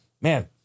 man